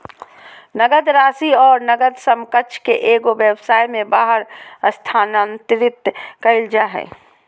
नकद राशि और नकद समकक्ष के एगो व्यवसाय में बाहर स्थानांतरित कइल जा हइ